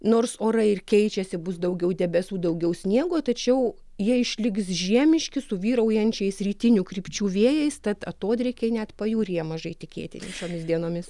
nors orai ir keičiasi bus daugiau debesų daugiau sniego tačiau jie išliks žiemiški su vyraujančiais rytinių krypčių vėjais tad atodrėkiai net pajūryje mažai tikėtini šiomis dienomis